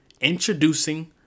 Introducing